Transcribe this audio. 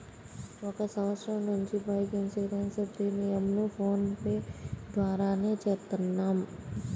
ఒక సంవత్సరం నుంచి బైక్ ఇన్సూరెన్స్ ప్రీమియంను ఫోన్ పే ద్వారానే చేత్తన్నాం